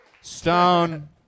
Stone